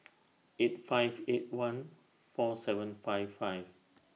eight five eight one four seven five five